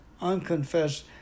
unconfessed